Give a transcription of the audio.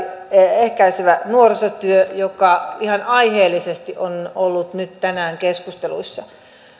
ehkäisevä nuorisotyö joka ihan aiheellisesti on ollut nyt tänään keskusteluissa